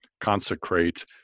consecrate